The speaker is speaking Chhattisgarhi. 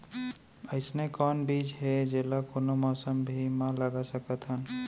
अइसे कौन बीज हे, जेला कोनो मौसम भी मा लगा सकत हन?